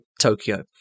Tokyo